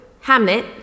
Hamlet